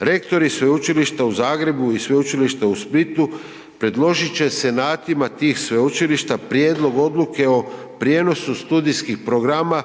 Rektori Sveučilišta u Zagrebu i Sveučilišta u Splitu predložit će senatima tih sveučilišta prijedlog odluke o prijenosu studijskih programa